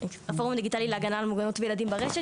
הדיגיטלי להגנה על מוגנות בילדים ברשת,